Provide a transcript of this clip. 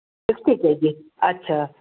sixty KG अछा